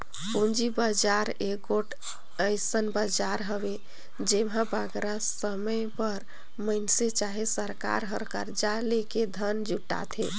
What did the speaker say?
पूंजी बजार एगोट अइसन बजार हवे जेम्हां बगरा समे बर मइनसे चहे सरकार हर करजा लेके धन जुटाथे